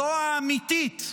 זו האמיתית.